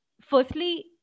firstly